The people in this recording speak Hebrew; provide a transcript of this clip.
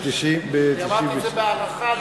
אמרתי את זה, בהנחה,